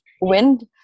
wind